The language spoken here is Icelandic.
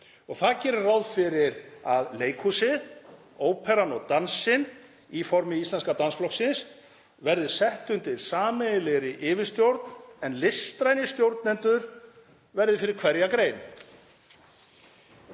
Það gerir ráð fyrir að leikhúsið, óperan og dansinn í formi Íslenska dansflokksins verði sett undir sameiginlega yfirstjórn en listrænir stjórnendur verði fyrir hverja grein.